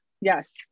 yes